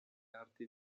arti